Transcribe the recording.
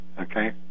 Okay